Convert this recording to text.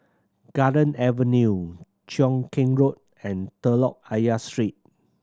Garden Avenue Cheow Keng Road and Telok Ayer Street